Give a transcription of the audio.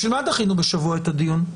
בשביל מה דחינו בשבוע את הדיון?